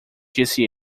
disse